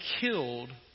killed